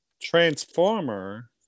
Transformer